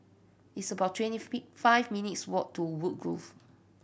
it's about twenty fifth five minutes' walk to Woodgrove